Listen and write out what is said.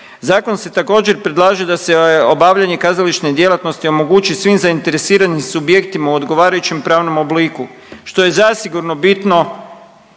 Zakonom se također predlaže da se obavljanje kazališne djelatnosti omogući svim zainteresiranim subjektima u odgovarajućem pravnom obliku što je zasigurno bitno